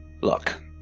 Look